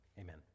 Amen